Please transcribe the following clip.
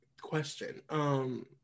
question